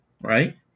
right